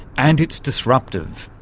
and it's disruptive,